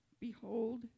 behold